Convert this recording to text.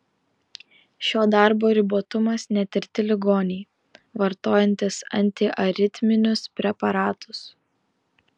šio darbo ribotumas netirti ligoniai vartojantys antiaritminius preparatus